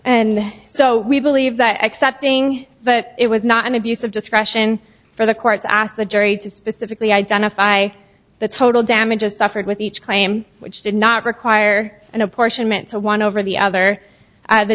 and so we believe that accepting that it was not an abuse of discretion for the courts asked the jury to specifically identify the total damages suffered with each claim which did not require an apportionment to one over the other at the